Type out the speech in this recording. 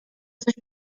coś